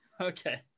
okay